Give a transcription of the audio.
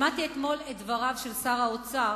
שמעתי אתמול את דבריו של שר האוצר,